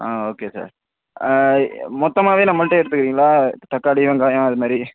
ஆ okay sir மொத்தமாகவே நம்மகிட்ட எடுத்துக்கிறீங்களா தக்காளி வெங்காயம் அதுமாதிரி